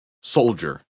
Soldier